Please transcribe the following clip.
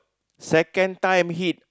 second time hit